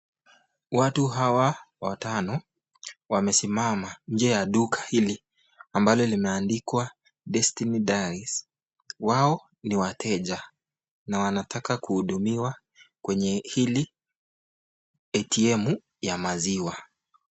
Watu hawa watano wamesimama nje ya duka hili ambalo limeandikwa Destiny Dairies wao ni wateja na wanataka kuhudumiwa kwenye hili atm ya maziwa.